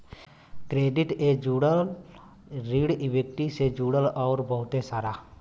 credit ए जुड़ल, ऋण इक्वीटी से जुड़ल अउर बहुते सारा